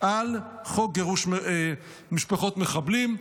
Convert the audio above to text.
על חוק גירוש משפחות מחבלים,